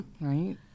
right